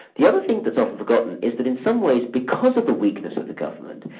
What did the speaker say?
the other thing that's often forgotten is that in some ways because of the weakness of the government,